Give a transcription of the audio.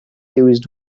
used